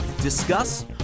discuss